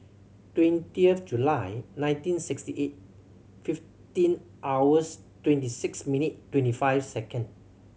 twenty of July nineteen sixty eight fifteen hours twenty six minutes twenty five second